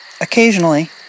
Occasionally